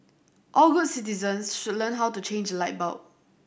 all good citizens should learn how to change a light bulb